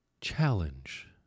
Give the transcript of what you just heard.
challenge